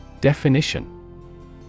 Definition